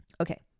Okay